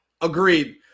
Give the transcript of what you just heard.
Agreed